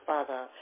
Father